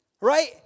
right